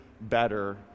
better